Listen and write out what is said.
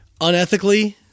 unethically